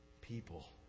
people